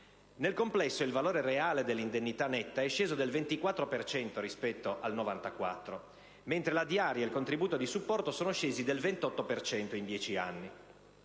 Nel complesso, il valore reale dell'indennità netta è sceso del 24 per cento rispetto al 1994. La diaria e il contributo di supporto sono scesi del 28 per cento in dieci anni.